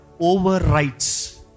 overwrites